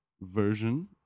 version